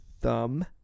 thumb